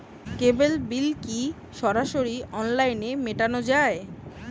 কেবল bill কি সরাসরি অনলাইনে মেটানো য়ায়?